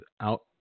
out